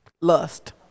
Lust